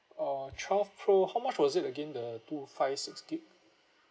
uh twelve pro how much was it again the two five six gigabytes